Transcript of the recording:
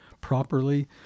properly